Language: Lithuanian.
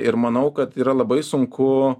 ir manau kad yra labai sunku